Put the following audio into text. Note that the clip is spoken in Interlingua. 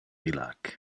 illac